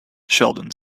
sheldon